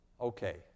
Okay